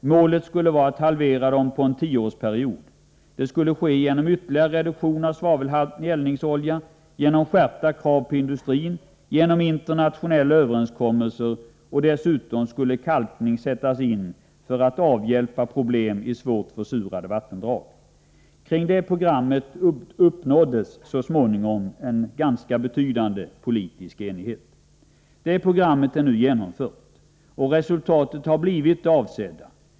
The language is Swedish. Målet skulle vara att halvera utsläppen på en tioårsperiod. Det skulle ske genom ytterligare reduktion av svavelhalten i eldningsolja och genom skärpta krav på industrin, genom internationella överenskommelser, och dessutom skulle kalkning sättas in för att avhjälpa problemen med svårt försurade vattendrag. Så småningom uppnåddes en ganska betydande politisk enighet om detta program. Programmet är nu genomfört. Resultatet har blivit det avsedda.